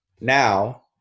Now